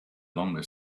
longer